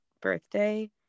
birthday